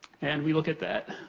and we look at that.